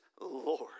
Lord